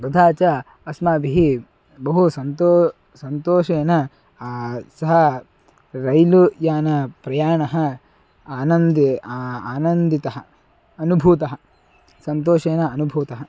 तथा च अस्माभिः बहु सन्तोषः सन्तोषेन सः रैलु यानप्रयाणम् आनन्देन आनन्दितः अनुभूतः सन्तोषेन अनुभूतः